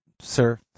Sir